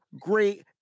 great